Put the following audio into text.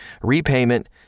repayment